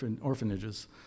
orphanages